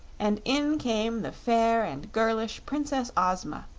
and in came the fair and girlish princess ozma,